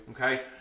Okay